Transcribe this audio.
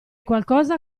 qualcosa